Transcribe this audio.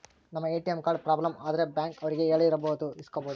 ನಮ್ ATM card problem ಆದ್ರೆ bank ಅವ್ರಿಗೆ ಹೇಳಿ ಬೇರೆದು ಇಸ್ಕೊಬೋದು